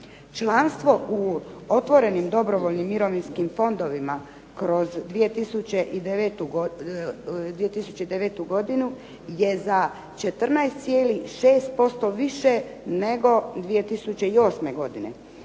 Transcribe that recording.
Članstvo u otvorenim dobrovoljnim mirovinskim fondovima kroz 2009. godinu je za 14,6% više nego 2008. godine.